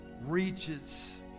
reaches